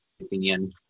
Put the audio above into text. opinion